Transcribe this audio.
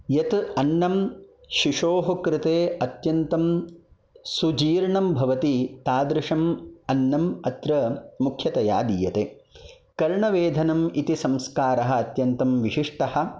यत् अन्नं शिशोः कृते अत्यन्तं सुजीर्णं भवति तादृशम् अन्नम् अत्र मुख्यतया दीयते कर्णवेधनम् इति संस्कारः अत्यन्तं विशिष्टः